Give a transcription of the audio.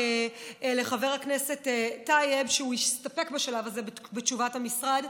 לחבר הכנסת טייב שהוא יסתפק בשלב הזה בתשובת המשרד.